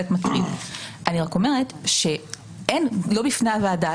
אני רק אומרת שלא בפני הוועדה,